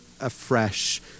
afresh